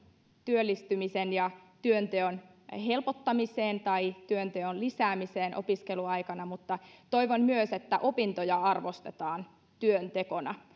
työllistymisen ja työnteon helpottamiseen tai työnteon lisäämiseen opiskeluaikana mutta toivon myös että opintoja arvostetaan työntekona